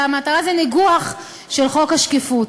אלא המטרה היא ניגוח חוק השקיפות.